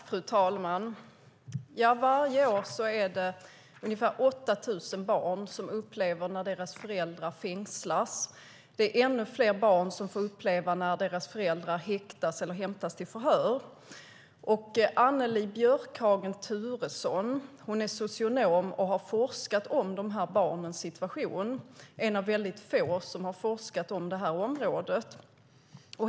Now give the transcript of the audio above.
Fru talman! Varje år får ungefär åtta tusen barn uppleva att deras föräldrar fängslas. Ännu fler barn får uppleva att deras föräldrar häktas eller hämtas till förhör. Annelie Björkhagen Turesson är socionom och har forskat om de här barnens situation. Hon är en av få som har forskat om det här området.